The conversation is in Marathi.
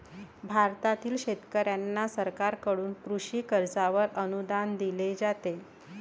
भारतातील शेतकऱ्यांना सरकारकडून कृषी कर्जावर अनुदान दिले जाते